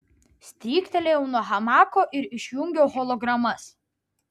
stryktelėjau nuo hamako ir išjungiau hologramas